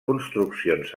construccions